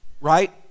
Right